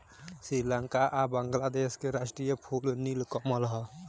श्रीलंका आ बांग्लादेश के राष्ट्रीय फूल नील कमल ह